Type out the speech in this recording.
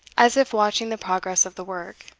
as if watching the progress of the work.